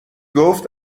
گفت